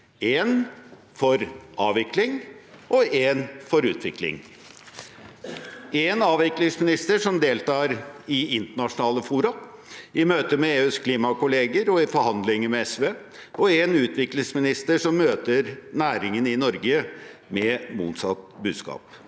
én for avvikling og én for utvikling – én «avviklingsminister», som deltar i internasjonale fora, i møter med EUs klimakollegaer og i forhandlinger med SV, og én «utviklingsminister», som møter næringen i Norge med motsatt budskap.